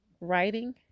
writing